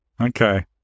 Okay